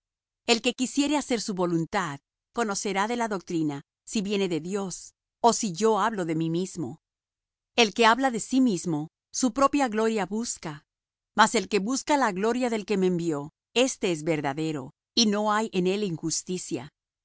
el que quisiere hacer su voluntad conocerá de la doctrina si viene de dios ó si yo hablo de mí mismo el que habla de sí mismo su propia gloria busca mas el que busca la gloria del que le envió éste es verdadero y no hay en él injusticia